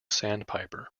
sandpiper